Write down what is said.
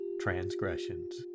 transgressions